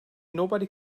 nobody